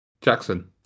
Jackson